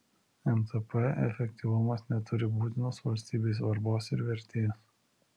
mtp efektyvumas neturi būtinos valstybei svarbos ir vertės